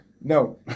No